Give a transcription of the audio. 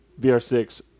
VR6